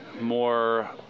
more